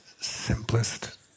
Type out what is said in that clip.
simplest